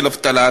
של אבטלה,